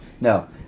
No